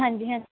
ਹਾਂਜੀ ਹਾਂਜੀ